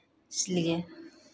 इसलिए